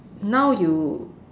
now you